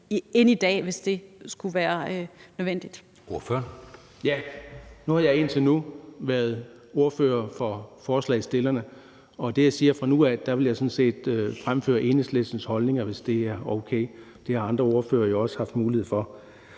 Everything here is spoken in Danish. Søe): Ordføreren. Kl. 20:59 Søren Egge Rasmussen (EL): Nu har jeg indtil nu været ordfører for forslagsstillerne, og i det, jeg siger fra nu af, vil jeg sådan set fremføre Enhedslistens holdninger, hvis det er okay. Det har andre ordførere jo også haft mulighed for.